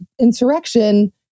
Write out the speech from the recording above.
insurrection